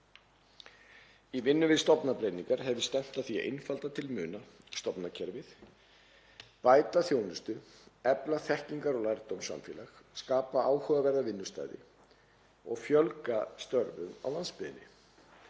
Í vinnu við stofnanabreytingar hef ég stefnt að því að einfalda til muna stofnanakerfið, bæta þjónustu, efla þekkingar- og lærdómssamfélag, skapa áhugaverða vinnustaði og fjölga störfum á landsbyggðinni,